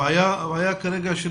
הבעיה כרגע היא,